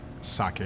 sake